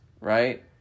Right